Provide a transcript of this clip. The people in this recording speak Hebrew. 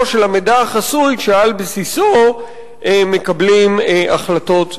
של המידע החסוי שעל בסיסו מקבלים החלטות לגביהם.